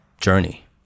journey